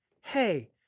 Hey